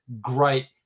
great